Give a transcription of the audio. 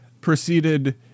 proceeded